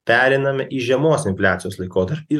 pereinam į žemos infliacijos laikotarpį